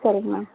சரிங்க மேம்